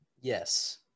yes